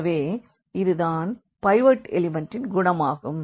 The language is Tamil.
எனவே இதுதான் பைவோட் எலிமண்டின் குணம் ஆகும்